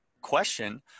question